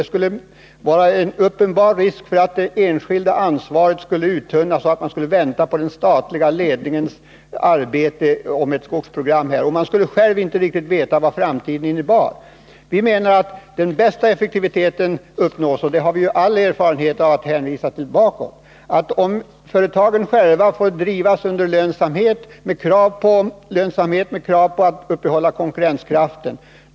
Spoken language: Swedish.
Det skulle bli en uppenbar risk för att det enskilda ansvaret skulle tunnas ut och att man skulle vänta på den statliga ledningens arbete när det gäller ett skogsprogram. Företagen skulle själva inte riktigt veta vad framtiden innebar. Vi menar att den bästa effektiviteten uppnås — det visar all erfarenhet vi har — om företagen får drivas med krav på lönsamhet och med krav på att uppehålla konkurrenskraften.